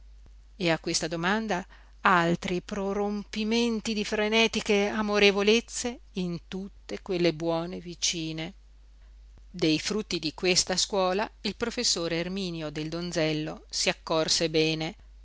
e a questa domanda altri prorompimenti di frenetiche amorevolezze in tutte quelle buone vicine dei frutti di questa scuola il professor erminio del donzello si accorse bene